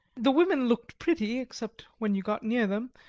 the women looked pretty, except when you got near them,